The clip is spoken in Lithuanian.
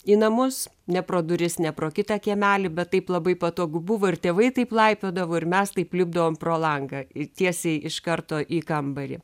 į namus ne pro duris ne pro kitą kiemelį bet taip labai patogu buvo ir tėvai taip laipiodavo ir mes taip lipdavom pro langą ir tiesiai iš karto į kambarį